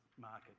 market